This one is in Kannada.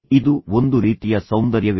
ಇದು ಒಂದು ರೀತಿಯ ಸೌಂದರ್ಯವೇ